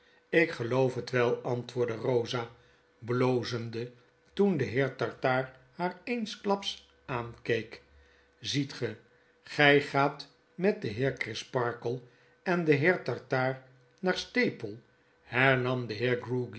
lk geloof het wel antwoordde rosa blozende toen de heer tartaar haar eensklaps aankeek ziet ge gij gaat met den heer crisparkle en den heer tartaar naar staple hernam de